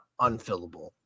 unfillable